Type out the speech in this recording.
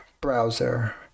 browser